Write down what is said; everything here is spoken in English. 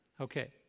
Okay